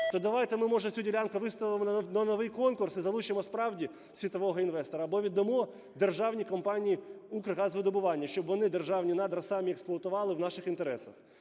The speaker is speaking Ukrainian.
То давайте ми, може, цю ділянку виставимо на новий конкурс і залучимо справді світового інвестора? Або віддамо державній компанії "Укргазвидобування", щоб вони державні надра самі експлуатували в наших інтересах,